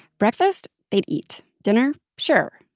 breakfast, they'd eat dinner, sure.